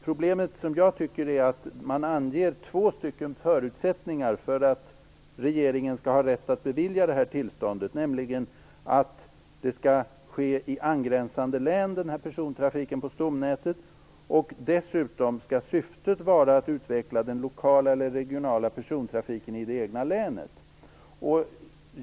Problemet, som jag ser det, är att man anger två förutsättningar för att regeringen skall ha rätt att bevilja det här tillståndet. Persontrafiken på stomnätet skall ske i angränsande län, och dessutom skall syftet vara att utveckla den lokala eller regionala persontrafiken i det egna länet.